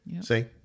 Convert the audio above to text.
see